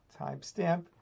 timestamp